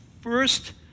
first